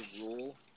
rule